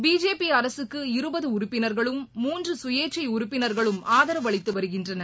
பிஜேபிஅரசுக்கு இருபதுஉறுப்பினர்களும் மூன்றுசுயேச்சைஉறுப்பினர்களும் ஆதரவளித்துவருகின்றன